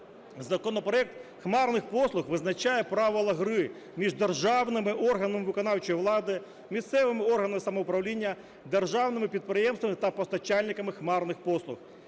Законопроект хмарних послуг визначає правила гри між державними органами виконавчої влади, місцевими органами самоуправління, державними підприємствами та постачальниками хмарних послуг.